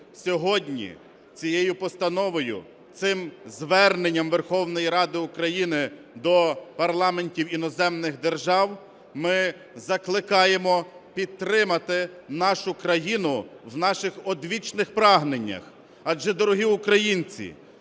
Сьогодні цією постановою, цим зверненням Верховної Ради України до парламентів іноземних держав ми закликаємо підтримати нашу країну в наших одвічних прагненнях.